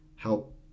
help